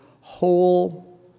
whole